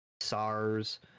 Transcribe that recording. SARS